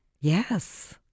Yes